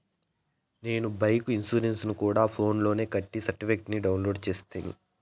నేను బైకు ఇన్సూరెన్సుని గూడా ఫోన్స్ లోనే కట్టి సర్టిఫికేట్ ని డౌన్లోడు చేస్తిని